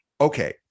okay